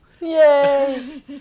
Yay